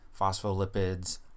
phospholipids